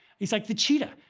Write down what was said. it's like the cheetah.